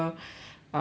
uh